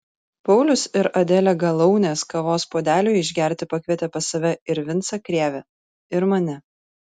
paulius ir adelė galaunės kavos puodeliui išgerti pakvietė pas save ir vincą krėvę ir mane